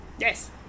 Yes